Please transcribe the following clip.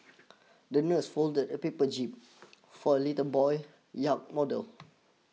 the nurse folded a paper jib for little boy's yacht model